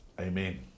Amen